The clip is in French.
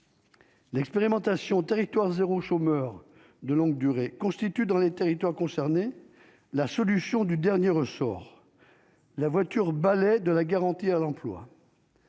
l'expérimentation territoire zéro, chômeur de longue durée constitue dans les territoires concernés, la solution du dernier ressort la voiture balai de la garantir l'emploi.